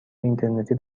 اینترنتی